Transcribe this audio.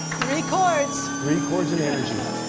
three chords three chords and energy.